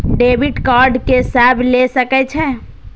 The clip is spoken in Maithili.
डेबिट कार्ड के सब ले सके छै?